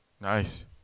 Nice